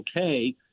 okay